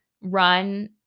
run